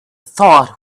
thought